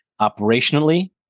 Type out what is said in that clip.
operationally